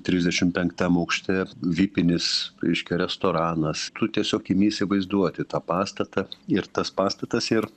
trisdešim penktam aukšte vipinis reiškia restoranas tu tiesiog imi įsivaizduoti tą pastatą ir tas pastatas ir